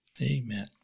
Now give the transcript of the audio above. amen